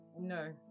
No